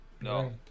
No